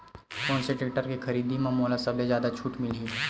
कोन से टेक्टर के खरीदी म मोला सबले जादा छुट मिलही?